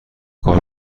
کار